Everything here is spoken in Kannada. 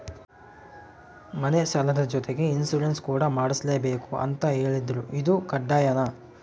ಮನೆ ಸಾಲದ ಜೊತೆಗೆ ಇನ್ಸುರೆನ್ಸ್ ಕೂಡ ಮಾಡ್ಸಲೇಬೇಕು ಅಂತ ಹೇಳಿದ್ರು ಇದು ಕಡ್ಡಾಯನಾ?